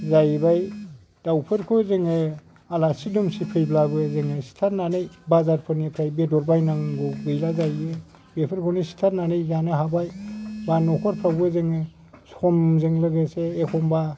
जाहैबाय दावफोरखौ जोङो आलासि दुमसि फैब्लाबो जोङो सिथारनानै बाजारफोरनिफ्राय बेदर बायनांगौ गैला जायो बेफोरबादि सिथारनानै जानो हाबाय बा न'खरफ्रावबो जोङो समजों लोगोसे एखमबा